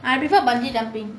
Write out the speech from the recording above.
I preferred bungee jumping